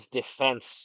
defense